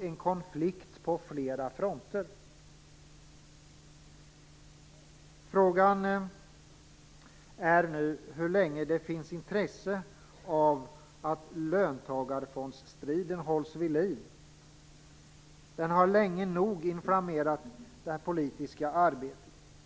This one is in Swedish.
en konflikt på flera fronter? Frågan är nu hur länge det finns intresse av att löntagarfondsstriden hålls vid liv. Den har länge nog inflammerat det politiska arbetet.